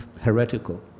heretical